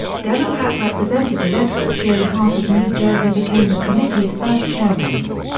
democrat representative edward j. hart of new jersey became the committee's first chairman.